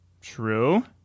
True